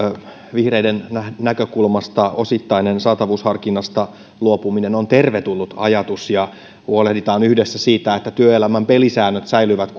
vihreiden näkökulmasta osittainen saatavuusharkinnasta luopuminen on tervetullut ajatus huolehditaan yhdessä siitä että työelämän pelisäännöt säilyvät